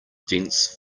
dense